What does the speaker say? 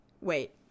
Wait